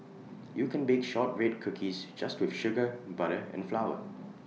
you can bake Shortbread Cookies just with sugar butter and flour